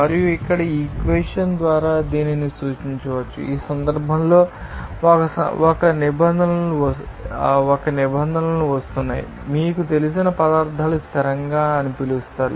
మరియు ఇక్కడ ఈ ఇక్వేషన్ ద్వారా దీనిని సూచించవచ్చు ఈ సందర్భంలో ఒక నిబంధనలు వస్తున్నాయి మీకు తెలిసిన పదార్థాలు స్థిరంగా అని పిలుస్తారు